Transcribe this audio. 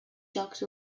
jocs